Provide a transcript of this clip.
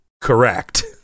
Correct